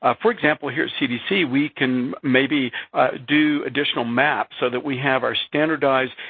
ah for example, here cdc, we can maybe do additional maps so that we have our standardized,